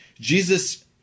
Jesus